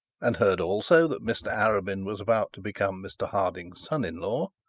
and heard also that mr arabin was about to become mr harding's son-in-law,